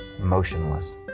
motionless